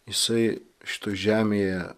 jisai šitoj žemėje